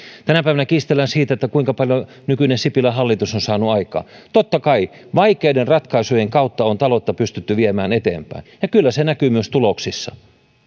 tänä päivänä kiistellään siitä kuinka paljon nykyinen sipilän hallitus on saanut aikaan totta kai vaikeiden ratkaisujen kautta on taloutta pystytty viemään eteenpäin ja kyllä se näkyy myös tuloksissa